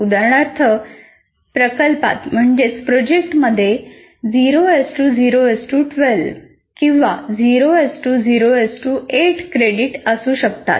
उदाहरणार्थ प्रकल्पात 0 0 12 किंवा 0 0 8 क्रेडिट्स असू शकतात